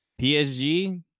PSG